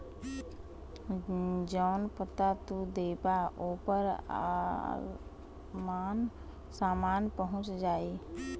जौन पता तू देबा ओपर सामान पहुंच जाई